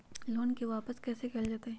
Loan के वापस कैसे कैल जतय?